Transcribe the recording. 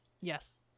Yes